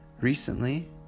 recently